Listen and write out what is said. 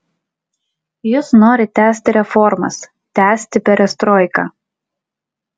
jis nori tęsti reformas tęsti perestroiką